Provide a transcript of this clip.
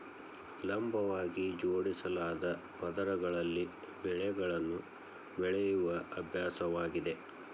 ಲಂಬವಾಗಿ ಜೋಡಿಸಲಾದ ಪದರಗಳಲ್ಲಿ ಬೆಳೆಗಳನ್ನು ಬೆಳೆಯುವ ಅಭ್ಯಾಸವಾಗಿದೆ